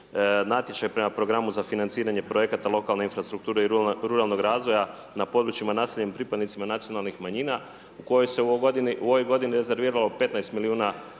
natječaj prema Programu za financiranje projekata lokalne infrastrukture i ruralnog razvoja, na područjima naseljenim pripadnicima nacionalnih manjina u kojoj se u ovoj godini rezerviralo 15 milijuna